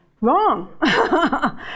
Wrong